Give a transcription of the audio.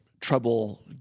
trouble